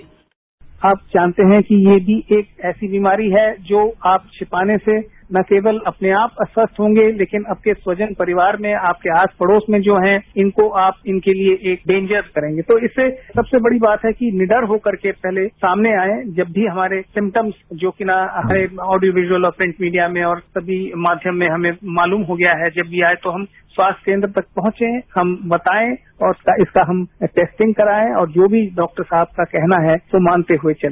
bite आप जानते है कि ये भी एक ऐसी बीमारी है जो आप छिपाने से न केवल अपने आप अस्वस्थ हॉगे लेकिन आपके स्वजन परिवार में आपके आस पड़ोस में जो है इनको आप इनके लिए एक डेन्जर्स करेंगे तो इससे सबसे बड़ी बात है कि निडर होकर के सामने आए जब भी हमारे सिमटम्स जो कि ऑडियो विज़्अल प्रिंट मीडिया में और समी माध्यम में हमें मालूम हो गया है कि जब ये आये तो हम स्वास्थ्य केन्द्र तक पहुंचे हम बताए और इसका हम टैस्टिंग कराएं और जो भी डॉक्टर साहब का कहना है वो मानते हुए चले